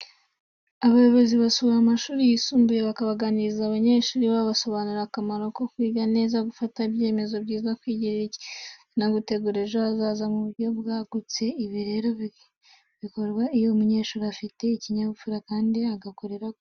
Abayobozi basura amashuri yisumbuye bakaganiriza abanyeshuri, babasobanurira akamaro ko kwiga neza, gufata ibyemezo byiza, kwigirira icyizere no gutegura ejo hazaza mu buryo bwagutse. Ibi rero bikorwa iyo umunyeshuri afite ikinyabupfura, kandi agakorera ku ntego yihaye.